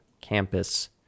campus